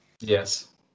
Yes